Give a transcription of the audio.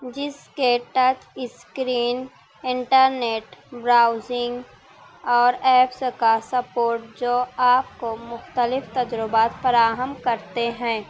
جس کے touch screen internet browsing اور ایپس کا سپورٹ جو آپ کو مختلف تجربات فراہم کرتے ہیں